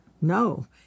No